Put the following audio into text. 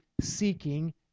seeking